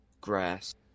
grass